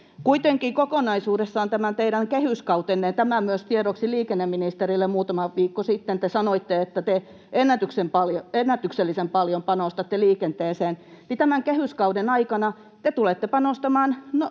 Kuitenkin kokonaisuudessaan tämän teidän kehyskautenne aikana — ja tämä myös tiedoksi liikenneministerille, kun muutama viikko sitten te sanoitte, että te ennätyksellisen paljon panostatte liikenteeseen — te tulette panostamaan